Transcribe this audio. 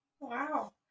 wow